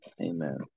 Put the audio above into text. Amen